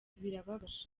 birababaje